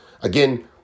again